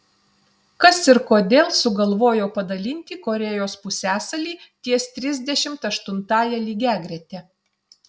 kas ir kodėl sugalvojo padalinti korėjos pusiasalį ties trisdešimt aštuntąja lygiagrete